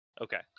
Okay